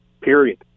Period